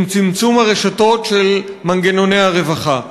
עם צמצום הרשתות של מנגנוני הרווחה.